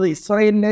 Israel